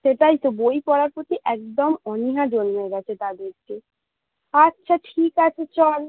সেটাই তো বই পড়ার প্রতি একদম অনীহা জন্মে গেচে তাদের যে আচ্ছা ঠিক আছে চল